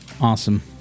Awesome